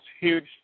huge